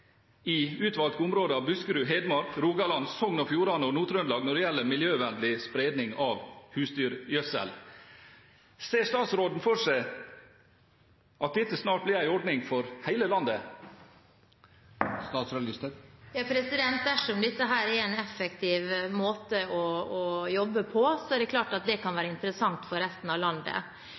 i utvalgte områder av Buskerud, Hedmark, Rogaland, Sogn og Fjordane og Nord-Trøndelag når det gjelder miljøvennlig spredning av husdyrgjødsel. Ser statsråden for seg at dette snart blir en ordning for hele landet? Dersom dette er en effektiv måte å jobbe på, er det klart at det kan være interessant for resten av landet.